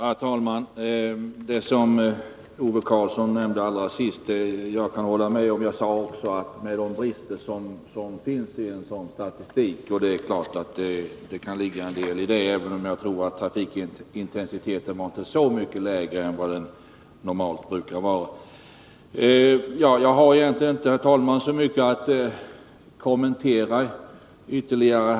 Herr talman! Det som Ove Karlsson nämnde allra sist kan jag instämma i. Också jag pekade på bristerna i statistiken. Jag tror dock inte att trafikintensiteten var väsentligt mycket lägre än vad den normalt brukar vara. Jag har, herr talman, egentligen inte så mycket ytterligare att kommentera.